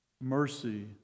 mercy